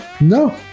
No